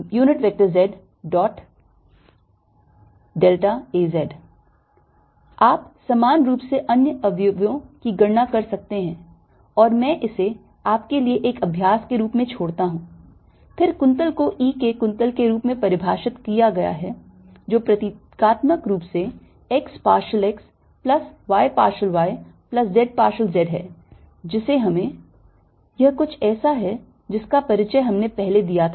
zzAz आप समान रूप से अन्य अवयवों की गणना कर सकते हैं और मैं इसे आपके लिए एक अभ्यास के रूप में छोड़ता हूं और फिर कुंतल को E के कुंतल के रूप में परिभाषित किया गया है जो प्रतीकात्मक रूप से x partial x plus y partial y plus z partial z है जिसे हम यह कुछ ऐसा है जिसका परिचय हमने पहले दिया था